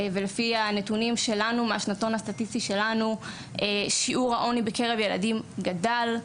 ולפי הנתונים שלנו מהשנתון הסטטיסטי שלנו שיעור העוני בקרב ילדים גדל,